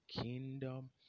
kingdom